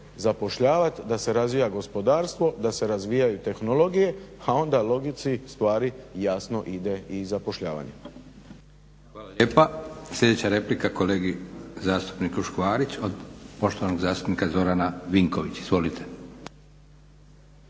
zapošljavati, da se razvija gospodarstvo, da se razvijaju tehnologije, a onda logici stvari jasno ide i zapošljavanje. **Leko, Josip (SDP)** Hvala lijepa. Sljedeća replika kolegi zastupniku Škvarić od poštovanog zastupnika Zorana Vinkovića. Izvolite.